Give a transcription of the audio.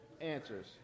answers